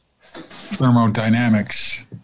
thermodynamics